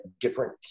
different